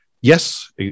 Yes